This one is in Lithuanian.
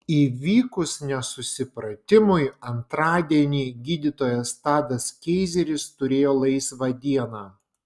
įvykus nesusipratimui antradienį gydytojas tadas keizeris turėjo laisvą dieną